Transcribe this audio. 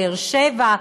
בבאר-שבע,